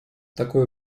такое